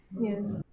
Yes